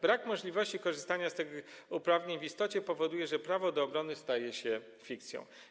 Brak możliwości korzystania z tych uprawnień w istocie powoduje, że prawo do obrony staje się fikcją.